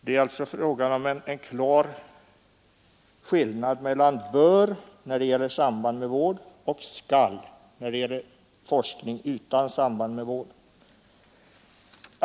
Det är alltså en klar skillnad mellan ”bör” när det gäller samband med vård och ”skall” när det gäller forskning utan samband med vård.